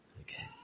Okay